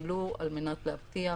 ולו על מנת להבטיח